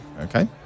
Okay